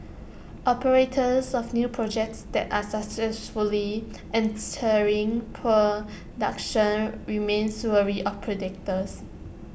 operators of new projects that are successfully entering production remains wary of predators